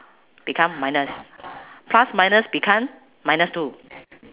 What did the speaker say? become minus plus minus become minus too